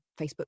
facebook